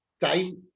time